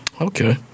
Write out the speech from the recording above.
Okay